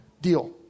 deal